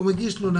או מגיש תלונה,